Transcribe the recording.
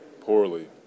poorly